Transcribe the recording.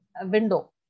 window